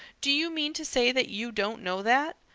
do you mean to say that you don't know that?